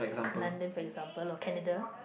London for example or Canada